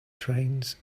trains